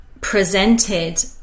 presented